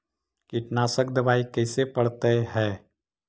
कीटनाशक दबाइ कैसे पड़तै है?